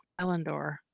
Ellendor